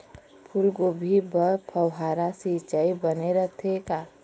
फूलगोभी बर फव्वारा सिचाई बने रथे का?